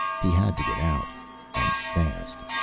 he had to get out and fast.